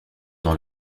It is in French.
dans